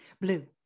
blue